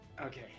Okay